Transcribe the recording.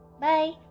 Bye